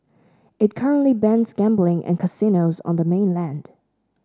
it currently bans gambling and casinos on the mainland